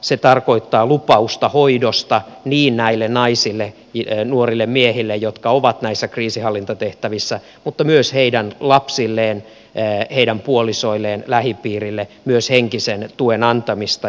se tarkoittaa lupausta hoidosta näille naisille nuorille miehille jotka ovat näissä kriisinhallintatehtävissä mutta myös heidän lapsilleen puolisoilleen lähipiirilleen henkisen tuen antamista